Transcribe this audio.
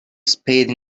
spade